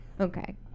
Okay